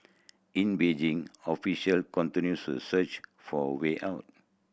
in Beijing official continues search for way out